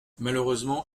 malheureusement